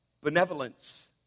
benevolence